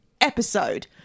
episode